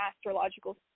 astrological